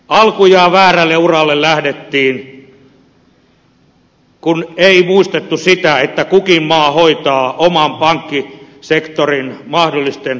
alkujaan väärälle uralle lähdettiin kun ei muistettu sitä että kukin maa hoitaa oman pankkisektorinsa mahdollisten tappioiden pääomittamisen itse